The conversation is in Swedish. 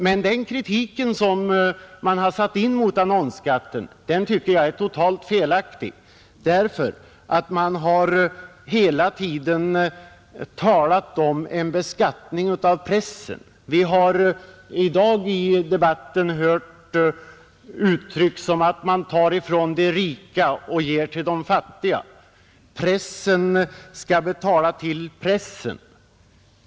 Men den kritik som man har satt in mot annonsskatten tycker jag är totalt felaktig, därför att man har hela tiden talat om en beskattning av pressen. Vi har i dag i debatten hört uttryck som att man tar från de rika och ger till de fattiga — pressen betalar till pressen.